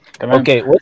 okay